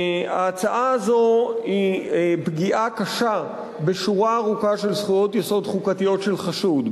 ההצעה הזאת היא פגיעה קשה בשורה ארוכה של זכויות יסוד חוקתיות של חשוד,